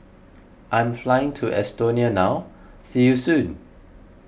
I'm flying to Estonia now see you soon